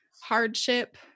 hardship